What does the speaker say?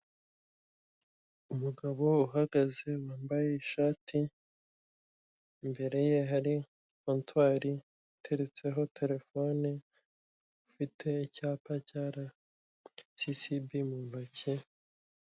Umugabo uhagaze wambaye ishati, imbere ye hari kontwari iteretseho terefone, ufite icyapa cya RSSB mu ntoki.